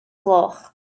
gloch